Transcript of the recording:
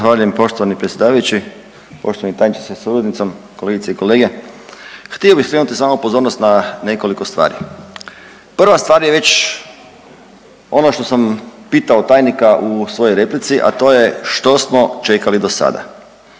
Zahvaljujem poštovani predsjedavajući, poštovani tajniče sa suradnicom, kolegice i kolege. Htio bi skrenuti samo pozornost na nekoliko stvari. Prva stvar je već ono što sam pitao tajnika u svojoj replici, a to je što smo čekali do sada?